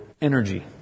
energy